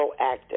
proactive